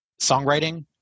songwriting